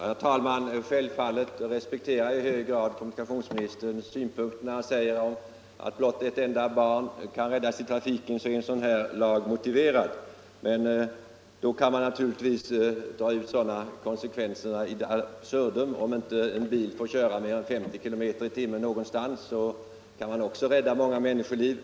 Herr talman! Självfallet respekterar jag i hög grad kommunikationsministerns synpunkter när han säger att om blott ett enda barn kan räddas i trafiken genom en sådan lagstiftning är bestämmelsen motiverad. Men då kan man naturligtvis dra ut konsekvenserna in absurdum — om t.ex. en bil inte får köra mer än 50 kilometer i timmen någonstans, kan man kanske därigenom också rädda många människoliv.